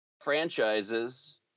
franchises